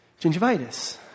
gingivitis